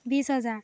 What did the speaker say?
বিছ হেজাৰ